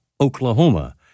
Oklahoma